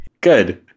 Good